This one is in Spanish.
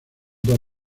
dos